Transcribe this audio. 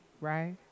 Right